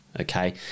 okay